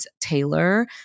Taylor